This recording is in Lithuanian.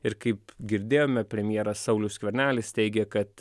ir kaip girdėjome premjeras saulius skvernelis teigė kad